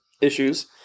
issues